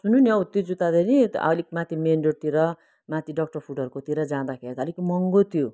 सुन्नु नि औ त्यो जुत्ता त नि अलिक माथि मेन रोडतिर माथि डक्टर फुटहरूकोतिर जाँदाखेरि त अलिक महँगो थियो